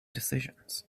decisions